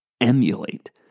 emulate